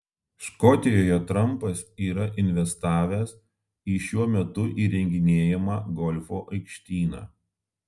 škotijoje trampas yra investavęs į šiuo metu įrenginėjamą golfo aikštyną